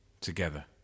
together